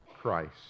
Christ